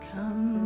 Come